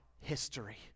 history